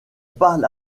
parle